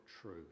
true